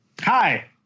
Hi